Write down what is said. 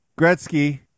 Gretzky